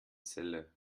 celle